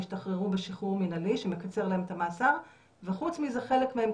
השתחררו בשחרור מנהלי שמקצר להם את המאסר וחוץ מזה חלק מהם,